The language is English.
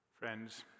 Friends